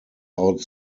out